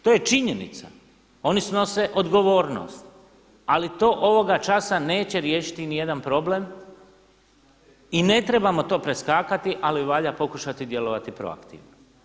To je činjenica, oni snose odgovornost ali to ovoga časa neće riješiti niti jedan problem i ne trebamo to preskakati ali valja pokušati djelovati proaktivno.